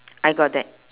I got that